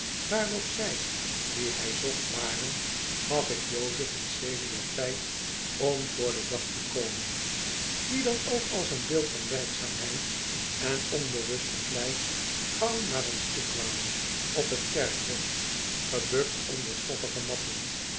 of zij die hij zocht waren gaf ik jozef en oelia tijd om voor don dag te komen die dan ook als een beeld van werkzaamheid en onbewuste vlijt gauw naar ons toekwamen op t kerkhof gebukt onder stoffige